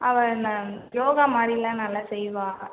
அவ அந்த யோகா மாதிரிலாம் நல்லா செய்வா